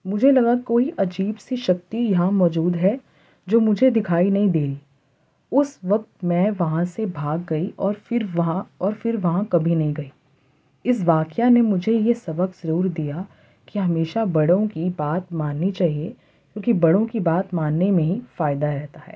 مجھے لگا کوئی عجیب سی شکتی یہاں موجود ہے جو مجھے دکھائی نہیں دے رہی اس وقت میں وہاں سے بھاگ گئی اور پھر وہاں اور پھر وہاں کبھی نہیں گئی اس واقعہ نے مجھے یہ سبق ضرور دیا کہ ہمیشہ بڑوں کی بات ماننی چاہیے کیوں کہ بڑوں کی بات ماننے میں ہی فائدہ رہتا ہے